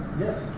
Yes